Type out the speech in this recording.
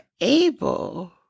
able